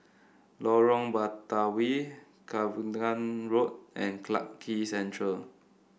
Lorong Batawi Cavenagh Road and Clarke Quay Central